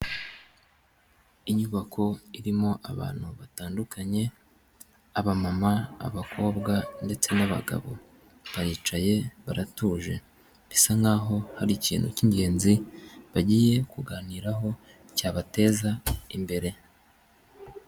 Inyubako irimo abantu batandukanye, aba mama, abakobwa ndetse n'abagabo. Bayicaye baratuje, bisa nkaho hari ikintu k'ingenzi bagiye kuganiraho cyabateza imbere.